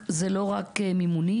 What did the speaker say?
לתושבים.